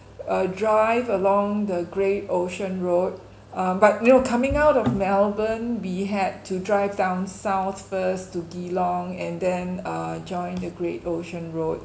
uh drive along the great ocean road um but you know coming out of melbourne we had to drive down south first to geelong and then uh join the great ocean road